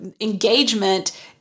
engagement